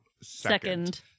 Second